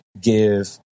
give